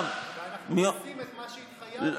אנחנו עושים את מה שהתחייבנו,